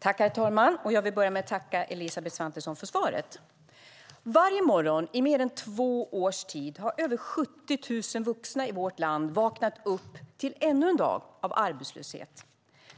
Herr talman! Jag vill börja med att tacka Elisabeth Svantesson för svaret. Varje morgon i mer än två års tid har över 70 000 vuxna i vårt land vaknat upp till ännu en dag av arbetslöshet.